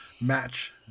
match